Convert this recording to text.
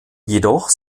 jedoch